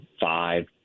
five